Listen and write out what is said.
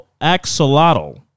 axolotl